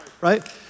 Right